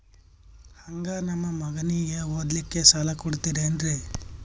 ಹಂಗ ನಮ್ಮ ಮಗನಿಗೆ ಓದಲಿಕ್ಕೆ ಸಾಲ ಕೊಡ್ತಿರೇನ್ರಿ?